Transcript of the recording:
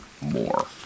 more